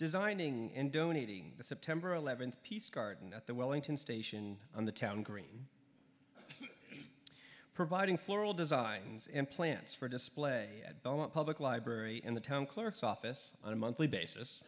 designing in donating the september eleventh peace garden at the wellington station on the town green providing floral designs implants for display at belmont public library in the town clerk's office on a monthly basis